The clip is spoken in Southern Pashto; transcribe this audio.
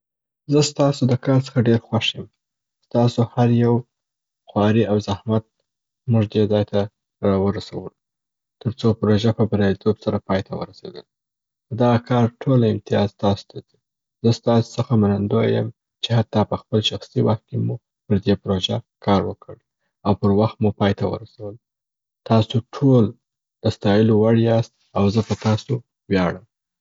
زه ستاسو د کار څخه ډېر خوښ یم. تاسو هر یوه خواري او زحمت موږ دې ځای ته را ورسولو تر څو پروژه په بریالیتوب سره پای ته ورسیدل. د دغه کار ټوله امتیاز تاسو ته ځي. زه ستاسو څخه منندویه یم چې حتا په خپل شخصي وخت کي مو پر دې پروژه کار وکړ او پر وخت مو پای ته ورسول. تاسو ټول د ستایلو وړ یاست او زه په تاسو ویاړم.